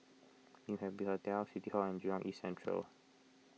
New Happy Hotel City Hall and Jurong East Central